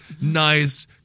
nice